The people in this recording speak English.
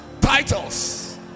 titles